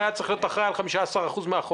והוא היה צריך להיות אחראי על 15% מהחולים.